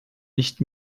nicht